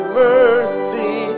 mercy